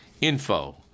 info